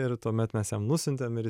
ir tuomet mes jam nusiuntėm ir